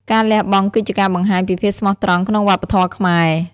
ការលះបង់គឺជាការបង្ហាញពីភាពស្មោះត្រង់ក្នុងវប្បធម៌ខ្មែរ។